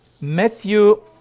Matthew